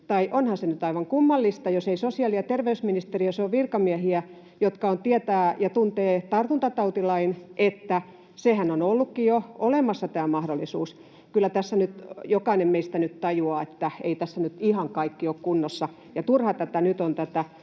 Ja onhan se nyt aivan kummallista, jos ei sosiaali- ja terveysministeriössä ole virkamiehiä, jotka tietävät ja tuntevat tartuntatautilain, sen, että tämä mahdollisuus on ollutkin jo olemassa. Kyllä tässä jokainen meistä nyt tajuaa, että ei tässä nyt ihan kaikki ole kunnossa, ja turha tätä nyt on mustaa